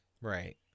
right